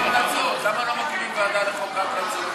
אפשר להציע להקים ועדה לחוק ההמלצות.